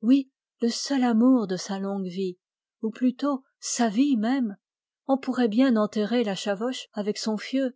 oui le seul amour de sa longue vie ou plutôt sa vie même on pourrait bien enterrer la chavoche avec son fieu